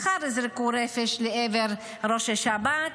מחר ייזרקו רפש לעבר ראש השב"כ,